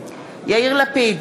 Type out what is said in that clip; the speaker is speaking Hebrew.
יאיר לפיד,